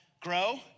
grow